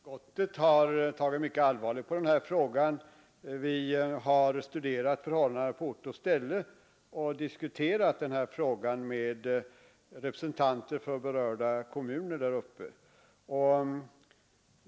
Herr talman! Trafikutskottet har tagit mycket allvarligt på denna fråga. Vi har studerat förhållandena på ort och ställe och diskuterat problemen med representanter för berörda kommuner.